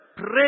Pray